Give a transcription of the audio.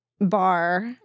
bar